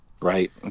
Right